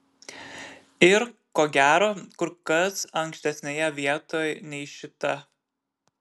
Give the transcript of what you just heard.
ir ko gero kur kas ankštesnėje vietoj nei šita